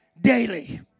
daily